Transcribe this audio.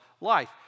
life